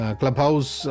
clubhouse